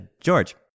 George